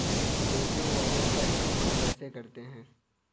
Paytm wallet का इस्तेमाल कैसे करते हैं?